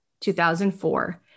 2004